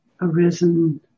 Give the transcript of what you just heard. arisen